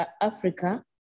Africa